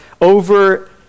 over